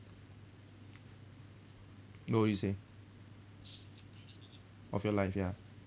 no you say of your life ya